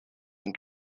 and